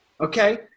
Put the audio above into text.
okay